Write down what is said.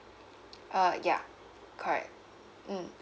uh yeah correct mm